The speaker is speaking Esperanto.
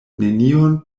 nenion